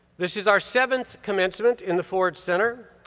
this is our seventh commencement in the ford center,